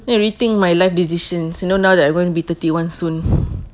need to rethink my life decisions you know now that I'm going to be thirty one soon